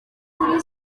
kuri